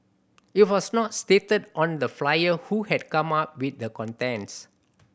it was not stated on the flyer who had come up with the contents